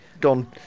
gone